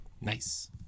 Nice